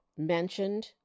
mentioned